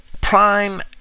prime